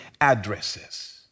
addresses